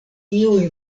iuj